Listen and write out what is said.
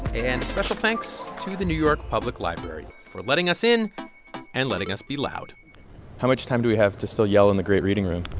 and special thanks to the new york public library for letting us in and letting us be loud how much time do we have to still yell in the great reading room?